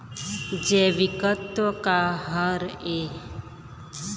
जैविकतत्व का हर ए?